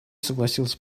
согласился